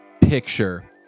picture